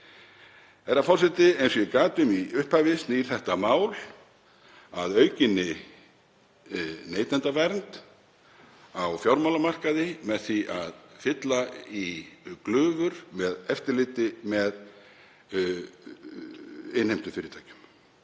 Herra forseti. Eins og ég gat um í upphafi snýr þetta mál að aukinni neytendavernd á fjármálamarkaði með því að fylla í glufur með eftirliti með innheimtufyrirtækjum